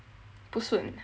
不顺